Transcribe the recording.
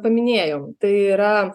paminėjom tai yra